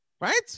right